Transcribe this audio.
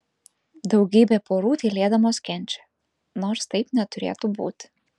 daugybė porų tylėdamos kenčia nors taip neturėtų būti